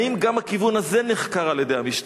האם גם הכיוון הזה נחקר על-ידי המשטרה?